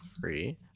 free